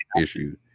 Issue